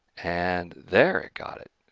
and there it got it,